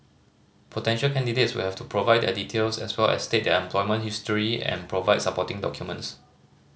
potential candidates will have to provide their details as well as state their employment history and provide supporting documents